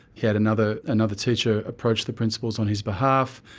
he had another another teacher approach the principals on his behalf,